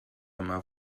yma